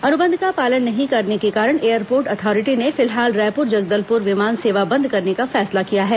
अनुबंध का पालन नहीं करने के कारण एयरपोर्ट अथॉरिटी ने फिलहाल रायपुर जगदलपुर विमान सेवा बंद करने का फैसला किया है